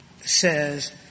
says